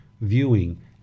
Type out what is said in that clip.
viewing